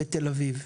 בתל אביב.